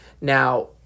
Now